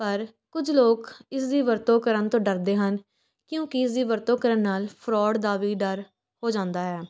ਪਰ ਕੁਝ ਲੋਕ ਇਸ ਦੀ ਵਰਤੋਂ ਕਰਨ ਤੋਂ ਡਰਦੇ ਹਨ ਕਿਉਂਕਿ ਇਸ ਦੀ ਵਰਤੋਂ ਕਰਨ ਨਾਲ਼ ਫਰੋਡ ਦਾ ਵੀ ਡਰ ਹੋ ਜਾਂਦਾ ਹੈ